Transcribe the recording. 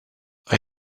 are